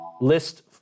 list